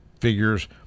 figures